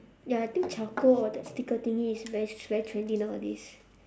ya I think charcoal or that sticker thingy is very very trendy nowadays